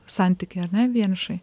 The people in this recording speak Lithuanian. santyky ar ne vienišai